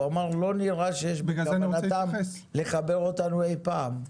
הוא אמר, לא נראה שיש בכוונתם לחבר אותנו אי פעם.